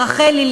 רחלי,